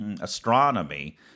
astronomy